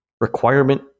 Requirement